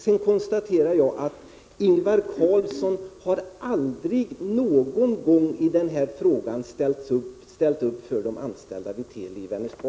Sedan konstaterar jag att Ingvar Karlsson i den här frågan aldrig någon gång har ställt upp för de anställda vid Teli i Vänersborg.